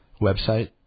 website